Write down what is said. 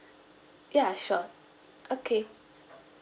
ya sure okay